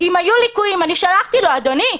אדוני,